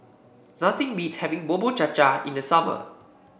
nothing beats having Bubur Cha Cha in the summer